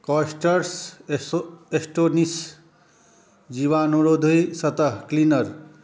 coasters एस्टोनिश जीवाणुरोधी सतह क्लीनर